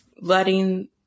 letting